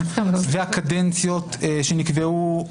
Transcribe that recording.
והקדנציות שנקבעו,